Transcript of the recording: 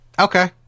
Okay